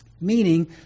Meaning